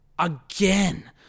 Again